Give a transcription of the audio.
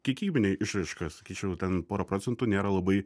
kiekybinė išraiška sakyčiau ten pora procentų nėra labai